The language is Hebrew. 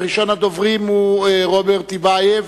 ראשון הדוברים הוא רוברט טיבייב,